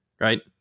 right